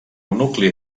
nucli